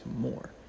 more